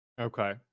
okay